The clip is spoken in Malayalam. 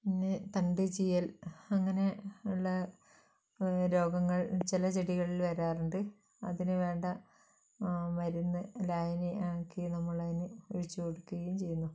പിന്നെ തണ്ട് ചീയൽ അങ്ങനെ ഉള്ള രോഗങ്ങൾ ചില ചെടികളിൽ വരാറുണ്ട് അതിനു വേണ്ട മരുന്ന് ലായനി ആക്കി നമ്മളതിന് ഒഴിച്ചു കൊടുക്കുകയും ചെയ്യുന്നു